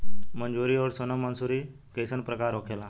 मंसूरी और सोनम मंसूरी कैसन प्रकार होखे ला?